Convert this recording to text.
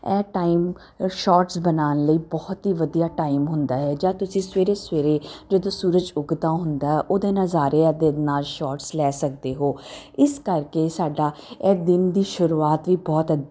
ਇਹ time shorts ਬਣਾਉਣ ਲਈ ਬਹੁਤ ਹੀ ਵਧੀਆ ਟਾਈਮ ਹੁੰਦਾ ਹੈ ਜਾਂ ਤੁਸੀਂ ਸਵੇਰੇ ਸਵੇਰੇ ਜਦੋਂ ਸੂਰਜ ਉੱਗਦਾ ਹੁੰਦਾ ਉਹਦੇ ਨਜ਼ਾਰਿਆ ਦੇ ਨਾਲ ਸ਼ਾਰਟਸ ਲੈ ਸਕਦੇ ਹੋ ਇਸ ਕਰਕੇ ਸਾਡਾ ਇਹ ਦਿਨ ਦੀ ਸ਼ੁਰੂਆਤ ਵੀ ਬਹੁਤ